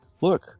look